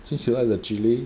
since you like the chili